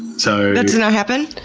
so that does not happen?